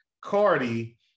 Cardi